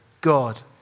God